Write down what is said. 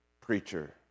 preacher